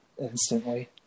instantly